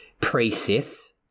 pre-Sith